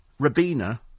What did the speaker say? Rabina